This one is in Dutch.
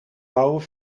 bouwen